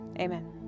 Amen